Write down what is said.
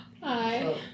Hi